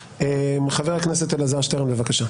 חבר הכנסת אלעזר שטרן, בבקשה.